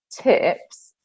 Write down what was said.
tips